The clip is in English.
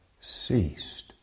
ceased